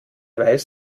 weiß